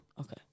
Okay